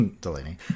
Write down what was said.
Delaney